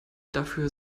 dafür